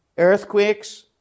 Earthquakes